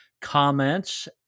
comments